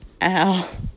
ow